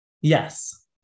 Yes